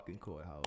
courthouse